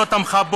לא תמכה בו.